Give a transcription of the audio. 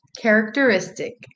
Characteristic